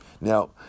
Now